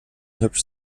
hübsch